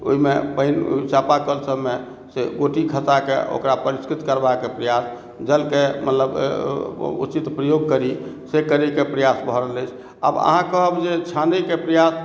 ओहिमे पानि ओहि चापा कल सबमे से गोटी खसा के ओकरा परिष्कृत करबाके प्रयास जल के मतलब उचित प्रयोग करी से करय के प्रयास भऽ रहल अछि आब अहाँ कहब जे छाने के प्रयास